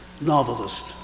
novelist